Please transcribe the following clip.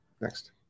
Next